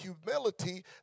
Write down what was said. humility